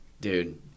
dude